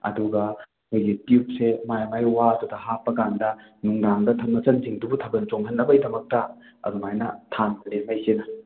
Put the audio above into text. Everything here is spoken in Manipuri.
ꯑꯗꯨꯒ ꯑꯩꯈꯣꯏꯒꯤ ꯇ꯭ꯌꯨꯞꯁꯦ ꯃꯥꯏ ꯃꯥꯏ ꯋꯥꯗꯨꯗ ꯍꯥꯞꯄꯀꯥꯟꯗ ꯅꯨꯡꯗꯥꯡꯗ ꯊꯝ ꯃꯆꯟꯁꯤꯡꯗꯨꯕꯨ ꯊꯥꯕꯟ ꯆꯣꯡꯍꯟꯅꯕꯩꯗꯃꯛꯇꯥ ꯑꯗꯨꯃꯥꯏꯅ ꯊꯥꯟꯕꯅꯦ ꯃꯩꯁꯦ